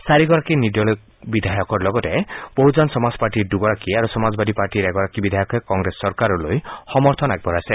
চাৰিগৰাকী নিৰ্দলীয় বিধায়কৰ লগতে বহুজন সমাজপাৰ্টীৰ দুগৰাকী আৰু সমাজবাদী পাৰ্টীৰ এগৰাকী বিধায়কে কংগ্ৰেছ চৰকাৰলৈ সমৰ্থন আগবঢ়াইছে